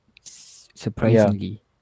surprisingly